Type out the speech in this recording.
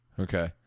Okay